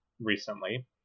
recently